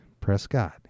Prescott